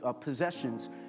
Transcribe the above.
possessions